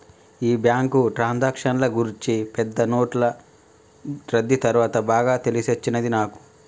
ఈ బ్యాంకు ట్రాన్సాక్షన్ల గూర్చి పెద్ద నోట్లు రద్దీ తర్వాత బాగా తెలిసొచ్చినది నాకు